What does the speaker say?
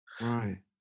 right